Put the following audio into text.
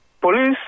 police